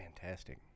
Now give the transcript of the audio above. fantastic